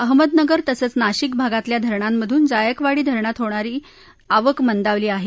अहमदनगर तसंच नाशिक भागातल्या धरणांमधून जायकवाडी धरणात होणारी आवक मंदावली आहे